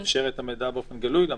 מאפשר את המידע באופן גלוי למעסיק?